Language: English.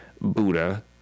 Buddha